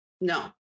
No